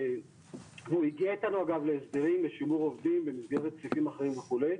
והוא הגיע איתנו אגב להסדרים ושימור עובדים במסגרת סעיפים אחרים וכולי,